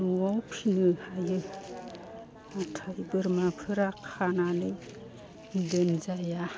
न'आव फिसिनो हायो नाथाय बोरमाफोरा खानानै दोनजाया